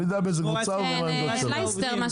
לא, בהסתדרות זה